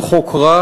הוא חוק רע,